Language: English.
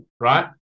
Right